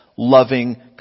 Loving